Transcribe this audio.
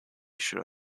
should